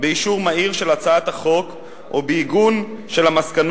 באישור מהיר של הצעת החוק ובעיגון המסקנות